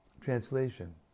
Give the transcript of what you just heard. Translation